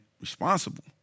responsible